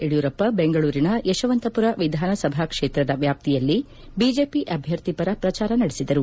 ಯಡಿಯೂರಪ್ಪ ಬೆಂಗಳೂರಿನ ಯಶವಂತಪುರ ವಿಧಾನಸಭಾ ಕ್ಷೇತ್ರದ ವ್ಯಾಷಿಯಲ್ಲಿ ಬಿಜೆಪಿ ಅಭ್ವರ್ಥಿ ಪರ ಪ್ರಚಾರ ನಡೆಸಿದರು